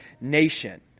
nation